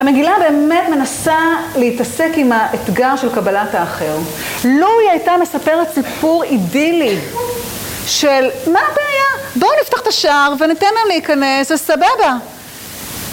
המגילה באמת מנסה להתעסק עם האתגר של קבלת האחר. לו היא הייתה מספרת סיפור אידילי של "מה הבעיה? בואו נפתח את השער ונתן להם להיכנס, זה סבבה"...